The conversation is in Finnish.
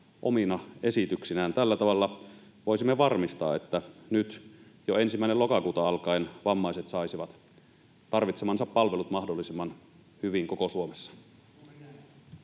omina esityksinään? Tällä tavalla voisimme varmistaa, että nyt jo 1. lokakuuta alkaen vammaiset saisivat tarvitsemansa palvelut mahdollisimman hyvin koko Suomessa.